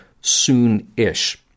soon-ish